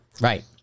Right